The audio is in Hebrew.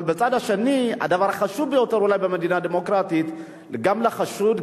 אבל מהצד השני הדבר החשוב ביותר במדינה דמוקרטית הוא שגם לחשוד,